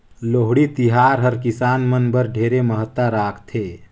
लोहड़ी तिहार हर किसान मन बर ढेरे महत्ता राखथे